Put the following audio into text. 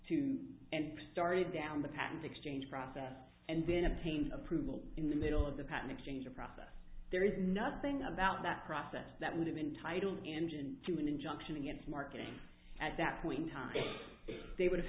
to and started down the patent exchange process and then obtain approval in the middle of the patent exchange or process there is nothing about that process that would entitle engine to an injunction in its marketing at that point in time they would have